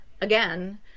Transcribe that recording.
again